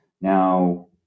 now